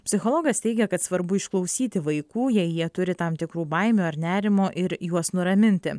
psichologas teigia kad svarbu išklausyti vaikų jei jie turi tam tikrų baimių ar nerimo ir juos nuraminti